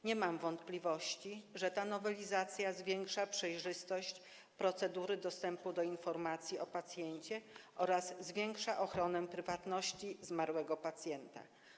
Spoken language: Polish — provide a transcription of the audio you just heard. Nie mam wątpliwości, że ta nowelizacja zwiększa przejrzystość procedury dostępu do informacji o pacjencie oraz zwiększa ochronę prywatności zmarłego pacjenta.